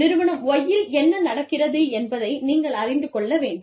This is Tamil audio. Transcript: நிறுவனம் Y இல் என்ன நடக்கிறது என்பதை நீங்கள் அறிந்து கொள்ள வேண்டும்